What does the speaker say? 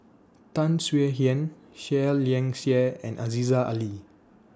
Tan Swie Hian Seah Liang Seah and Aziza Ali